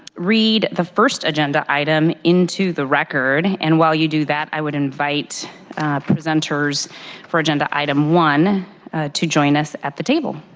read the first agenda item into the record, and while you do that i would invite presenters for agenda item one to join us at the table.